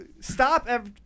Stop